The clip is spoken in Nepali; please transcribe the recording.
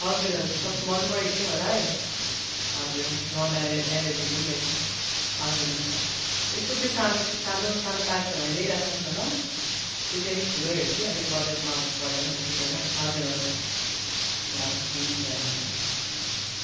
हजुर हजुर सब मन पऱ्यो कि मलाई हजुर नन् एल एलर्जिक पनि रहेछ हजुर हुन्छ यसको त्यो सानो सानो सानो प्याक छ भने ल्याइराख्नुहोस् न ल त्यो चाहिँ अलिक ठुलै हो कि अलिक बजेटमा पर्दैन कोही कोहीबेला हजुर हुन्छ ल हुन्छ हुन्छ